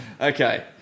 Okay